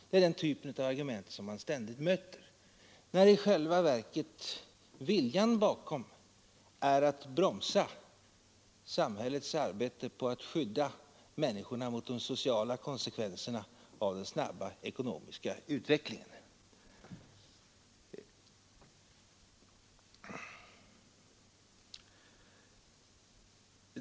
Det är den typen av argument som vi ständigt möter, när i själva verket viljan bakom argumenten är att bromsa samhällets arbete på att skydda människorna mot de sociala konsekvenserna av den snabba ekonomiska utvecklingen.